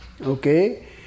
okay